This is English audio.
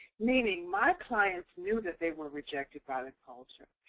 meaning my clients knew that they were rejected by the culture.